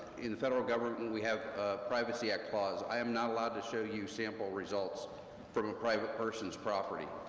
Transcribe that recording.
in the federal government, we have a privacy act clause, i am not allowed to show you sample results from a private person's property.